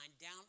down